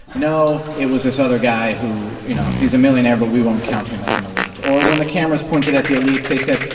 no. it was this other guy who you know, he's a millionaire, but we won't count him as an elite. or when the camera was pointed at the elites, they said,